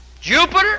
jupiter